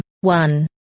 one